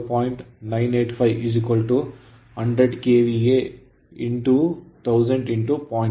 985 100 KVA transformer rating 1000 0